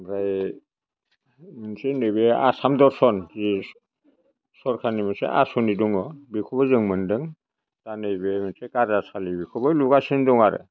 ओमफ्राय मोनसे नैबे आसाम दर्सन जिनिस सरकारनि मोनसे आस'नि दङ बेखौबो जों मोनदों दा नैबे मोनसे गार्जासालि बेखौबो लुगासिनो दं आरो